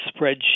spreadsheet